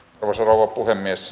arvoisa rouva puhemies